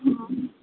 ହଁ